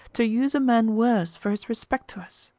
to use a man worse for his respect to us,